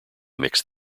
mixed